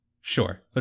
Sure